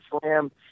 Slam